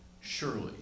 surely